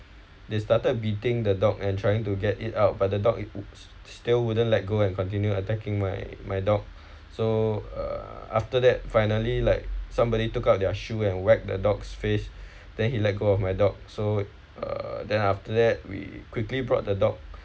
they started beating the dog and trying to get it out but the dog it still wouldn't let go and continue attacking my my dog so uh after that finally like somebody took out their shoe and whack the dog's face then he let go of my dog so uh then after that we quickly brought the dog